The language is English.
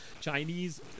Chinese